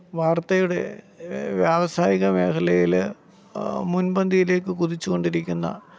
വാര്ത്തയുടെ വ്യാവസായിക മേഖലയില് മുന്പന്തിയിലേക്ക് കുതിച്ചു കൊണ്ടിരിക്കുന്ന